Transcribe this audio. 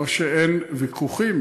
לא שאין ויכוחים,